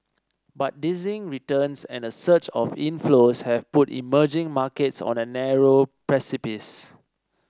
but dizzying returns and a surge of inflows have put emerging markets on a narrow precipice